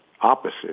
opposite